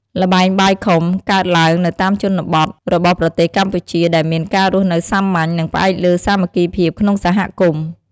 ល្បែងបាយខុំកើតឡើងនៅតាមជនបទរបស់ប្រទេសកម្ពុជា ដែលមានការរស់នៅសាមញ្ញ និងផ្អែកលើសាមគ្គីភាពក្នុងសហគមន៍។